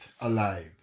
alive